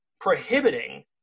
prohibiting